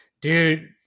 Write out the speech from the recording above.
Dude